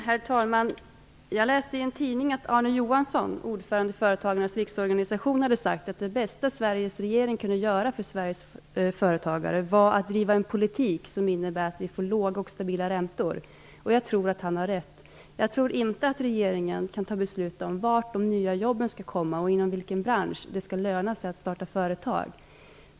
Herr talman! Jag läste i en tidning att Arne Johansson, ordförande i Företagarnas riksorganisation, hade sagt att det bästa Sveriges regering kunde göra för Sveriges företagare var att driva en politik som ledde till att vi fick låga och stabila räntor. Jag tror att han har rätt. Jag tror inte att regeringen kan fatta beslut om var de nya jobben skall uppstå och inom vilken bransch det skall löna sig att starta företag.